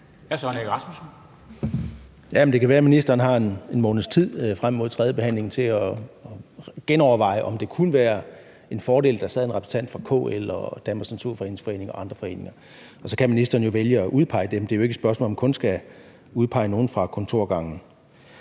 Søren Egge Rasmussen (EL): Det kan være, ministeren har en måneds tid frem mod tredjebehandlingen til at genoverveje, om det kunne være en fordel, at der sad en repræsentant for KL og Danmarks Naturfredningsforening og andre foreninger. Så kan ministeren jo vælge at udpege dem, for det er jo ikke et spørgsmål om kun at skulle udpege nogen fra kontorgangen.